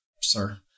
sir